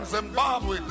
Zimbabwe